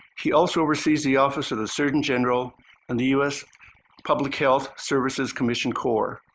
he also receives the office of the surgeon general and the us public health services commission corp.